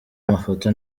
amafoto